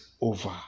over